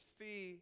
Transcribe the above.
see